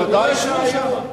הם לא ישבו שם.